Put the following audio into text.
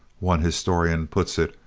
one historian puts it,